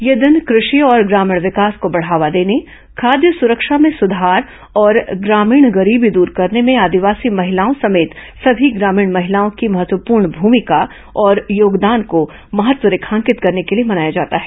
यह दिन कृषि और ग्रामीण विकास को बढ़ावा देने खाद्य सुरक्षा में सुधार और ग्रामीण गरीबी दूर करने में आदिवासी महिलाओं समेत सभी ग्रामीण महिलाओं की महत्वपूर्ण भूमिका और योगदान को महत्व रेखांकित करने के लिए मनाया जाता है